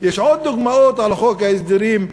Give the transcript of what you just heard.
יש עוד דוגמאות בחוק ההסדרים,